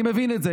אני מבין את זה.